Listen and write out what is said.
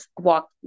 walk